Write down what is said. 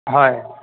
হয়